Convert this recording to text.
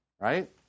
right